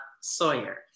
Sawyer